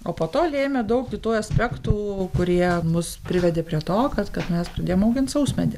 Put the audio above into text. o po to lėmė daug kitų aspektų kurie mus privedė prie to kad kad mes pradėjom augint sausmedį